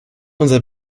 unser